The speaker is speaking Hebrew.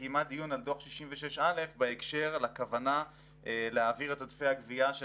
קיימה דיון על דוח 66א בהקשר על הכוונה להעביר את עודפי הגבייה של